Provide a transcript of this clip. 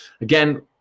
Again